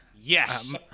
Yes